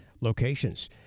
locations